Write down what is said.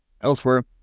Elsewhere